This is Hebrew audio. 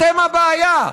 אתם הבעיה.